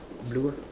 blue ah